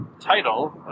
title